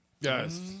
Yes